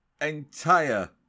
entire